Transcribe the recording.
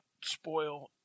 spoil